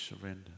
surrender